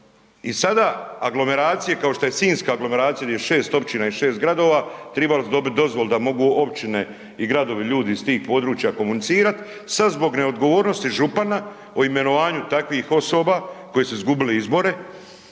i sada aglomeracije kao što je sinjska aglomeracija gdje je 6 općina i 6 gradova tribali bi dobiti dozvolu da mogu općine i gradovi, ljudi iz tih područja komunicirati, sad zbog neodgovornosti župana o imenovanju takvih osoba koji su izgubili izbore,